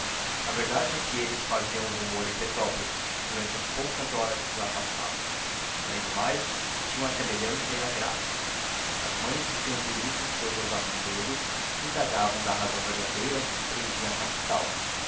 a verdade é que eles faziam rumor em petrópolis durante as poucas horas que lá passavam além do mais tinham a semelhança e a graça as mães diziam bonitas cousas à mãe deles e indagavam da razão verdadeira que os prendia à capital